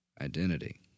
identity